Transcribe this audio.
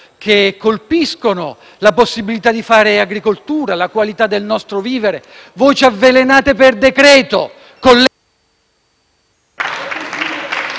che colpiscono la possibilità di fare agricoltura e la qualità del nostro vivere. Voi ci avvelenate per decreto,